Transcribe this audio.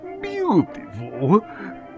beautiful